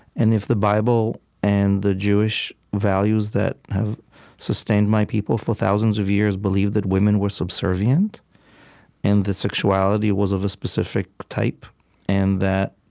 and if the bible and the jewish values that have sustained my people for thousands of years believe that women were subservient and that sexuality was of a specific type and that